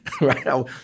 right